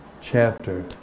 chapter